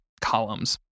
columns